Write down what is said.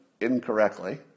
incorrectly